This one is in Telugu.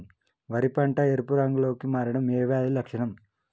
వరి పంట ఎరుపు రంగు లో కి మారడం ఏ వ్యాధి లక్షణం?